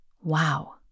wow